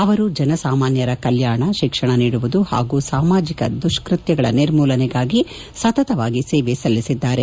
ಅವರು ಜನಸಾಮಾನ್ನರ ಕಲ್ಲಾಣ ಶಿಕ್ಷಣ ನೀಡುವುದು ಪಾಗೂ ಸಾಮಾಜಿಕ ದುಷ್ಪತ್ನಗಳ ನಿರ್ಮೂಲನೆಗಾಗಿ ಸತತವಾಗಿ ಸೇವೆ ಸಲ್ಲಿಸಿದ್ದಾರೆ